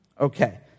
okay